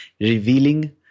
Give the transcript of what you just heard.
revealing